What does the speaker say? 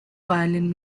violin